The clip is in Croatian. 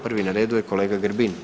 Prvi na redu je kolega Grbin.